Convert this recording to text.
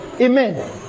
Amen